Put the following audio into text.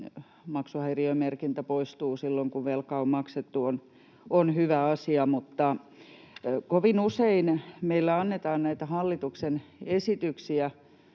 maksuhäiriömerkintä poistuu silloin, kun velka on maksettu, on hyvä asia, mutta kovin usein meillä annetaan näitä hallituksen esityksiä